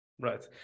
Right